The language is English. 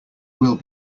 will